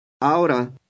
Ahora